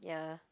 ya